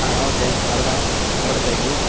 ആ ഓക്കെ അവിടെ അവിടുത്തേക്ക്